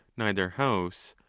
neither house,